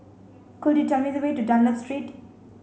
could you tell me the way to Dunlop Street